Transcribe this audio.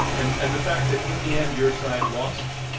and and the fact that in the end your side lost?